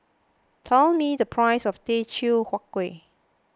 tell me the price of Teochew Huat Kueh